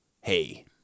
Hey